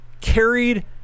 carried